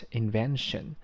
invention